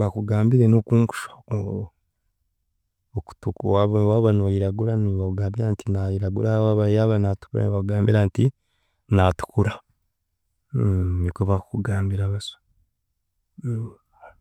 bakugambire n’okunkushwa okutuku waaba waaba noiragura nibakugambira nti nairagura waaba yaaba naatukura, nibakugambira nti naatukura nikwe bakukugambira basyo